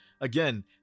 Again